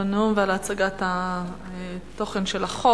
אני מודה לכבוד השר על הנאום ועל הצגת התוכן של החוק.